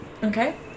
Okay